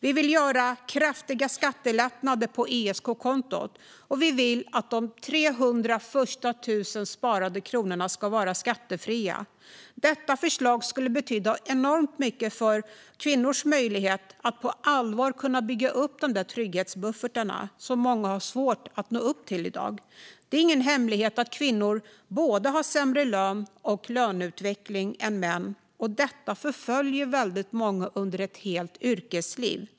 Vi vill göra kraftiga skattelättnader på ISK-konton, och vi vill att de 300 000 första sparade kronorna ska vara skattefria. Detta förslag skulle betyda enormt mycket för kvinnors möjlighet att på allvar bygga upp den trygghetsbuffert som många i dag har svårt att nå upp till. Det är ingen hemlighet att kvinnor har både sämre lön och sämre löneutveckling än män. Detta förföljer väldigt många under ett helt yrkesliv.